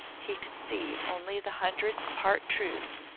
he could see only the hundredth part truth,